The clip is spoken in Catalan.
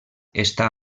està